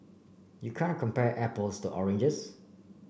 you can't compare apples to oranges